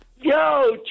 Yo